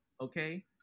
okay